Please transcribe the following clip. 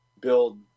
build